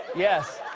yes.